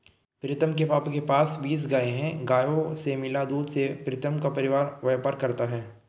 प्रीतम के पापा के पास बीस गाय हैं गायों से मिला दूध से प्रीतम का परिवार व्यापार करता है